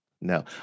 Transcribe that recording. no